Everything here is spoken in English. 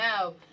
No